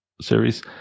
series